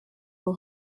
will